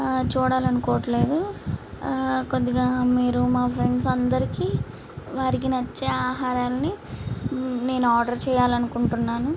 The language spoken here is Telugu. చూడాలని అనుకోవడం లేదు కొద్దిగా మీరు మా ఫ్రెండ్స్ అందరికి వారికి నచ్చే ఆహారాలని నేను ఆర్డర్ చేయాలనీ అనుకుంటున్నాను